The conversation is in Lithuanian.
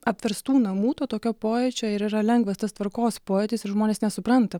apverstų namų to tokio pojūčio ir yra lengvas tas tvarkos pojūtis ir žmonės nesupranta